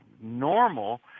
normal